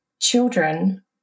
children